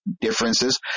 differences